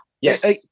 Yes